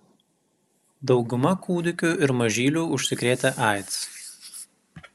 dauguma kūdikių ir mažylių užsikrėtę aids